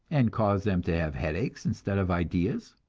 and cause them to have headaches instead of ideas?